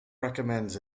recommends